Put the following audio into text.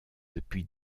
depuis